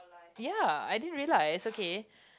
ya I didn't realise okay